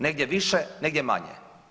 Negdje više, negdje manje.